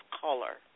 Color